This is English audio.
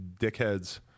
dickheads